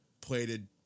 plated